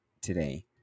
today